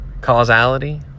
Causality